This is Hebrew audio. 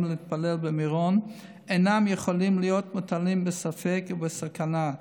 להתפלל במירון אינם יכולים להיות מוטלים בספק ובסכנה.